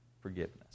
forgiveness